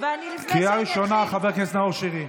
קריאה ראשונה, חבר הכנסת נאור שירי.